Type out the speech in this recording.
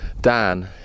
Dan